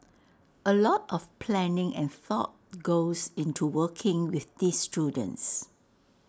A lot of planning and thought goes into working with these students